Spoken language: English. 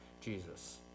Jesus